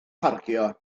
parcio